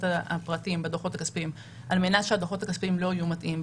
הפרטים בדוחות הכספיים על מנת שהדוחות הכספיים לא יהיו מטעים.